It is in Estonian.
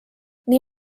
nii